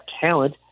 talent